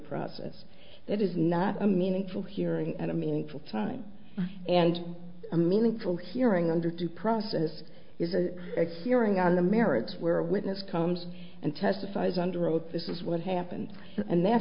process that is not a meaningful hearing at a meaningful time and a meaningful hearing under due process is a hearing on the merits where a witness comes and testifies under oath this is what happened and that